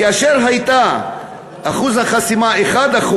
כאשר אחוז החסימה היה 1%,